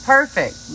Perfect